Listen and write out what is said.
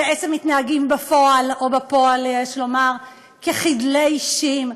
ובעצם מתנהגים בפועל כחדלי אישים.